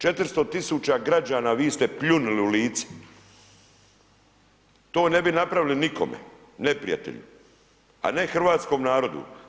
400 tisuća građani vi ste pljunuli u lice, to ne bi napravili nikome, neprijatelju, a ne hrvatskom narodu.